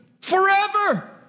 forever